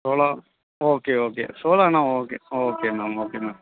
solo okay okay சோலோன்னால் okay okay ma'am okay ma'am